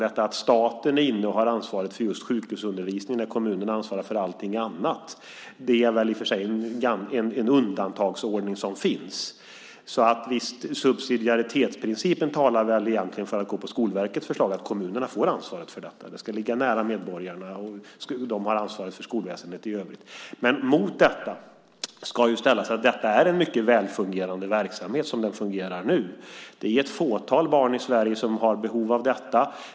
Detta att staten har ansvaret för just sjukhusundervisningen när kommunen ansvarar för all annan undervisning är i och för sig en undantagsordning. Subsidiaritetsprincipen talar väl egentligen för att ansluta sig till Skolverkets förslag att kommunerna ska ha ansvaret för detta. Det ska ligga nära medborgarna, och kommunerna har ansvaret för skolväsendet i övrigt. Mot detta ska ställas att detta är en mycket väl fungerande verksamhet som den fungerar nu. Det är ett fåtal barn i Sverige som har behov av detta.